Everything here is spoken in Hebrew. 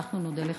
אנחנו נודה לך.